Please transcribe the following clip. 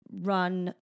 run